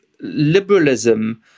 liberalism